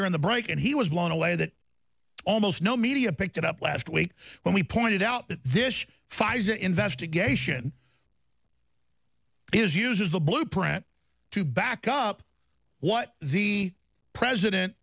during the break and he was blown away that almost no media picked it up last week when we pointed out that this pfizer investigation is uses the blueprint to back up what the president